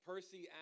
Percy